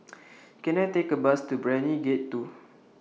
Can I Take A Bus to Brani Gate two